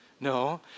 no